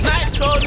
Nitro